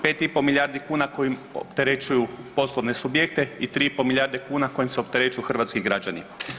5,5 milijardi kuna kojim opterećuju poslovne subjekte i 3,5 milijarde kuna kojim se opterećuju hrvatski građani.